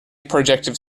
projective